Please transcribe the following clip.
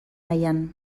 nahian